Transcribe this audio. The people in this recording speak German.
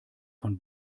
von